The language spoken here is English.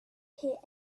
hear